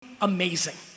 amazing